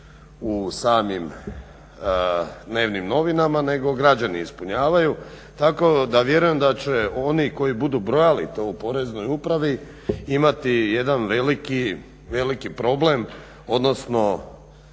u samim dnevnim novinama nego građani ispunjavaju. Tako da vjerujem da će oni koji budu brojali to u poreznoj upravi imati jedan veliki problem, odnosno